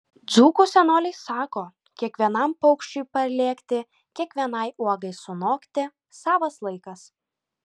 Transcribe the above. dzūkų senoliai sako kiekvienam paukščiui parlėkti kiekvienai uogai sunokti savas laikas